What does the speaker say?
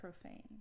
profane